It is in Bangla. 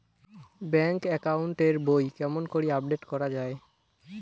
ব্যাংক একাউন্ট এর বই কেমন করি আপডেট করা য়ায়?